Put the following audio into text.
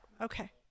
Okay